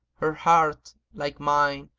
her heart, like mine,